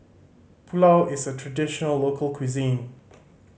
pulao is a traditional local cuisine